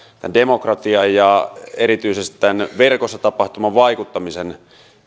demokratian ja erityisesti tämän verkossa tapahtuvan vaikuttamisen